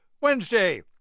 Wednesday